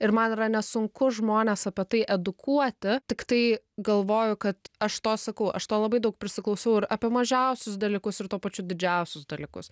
ir man yra nesunku žmones apie tai edukuoti tiktai galvoju kad aš to sakau aš to labai daug prisiklausiau ir apie mažiausius dalykus ir tuo pačiu didžiausius dalykus